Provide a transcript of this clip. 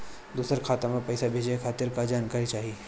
दूसर खाता में पईसा भेजे के खातिर का का जानकारी चाहि?